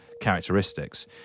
characteristics